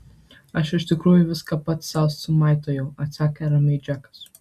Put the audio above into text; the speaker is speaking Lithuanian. aš iš tikrųjų viską pats sau sumaitojau atsakė ramiai džekas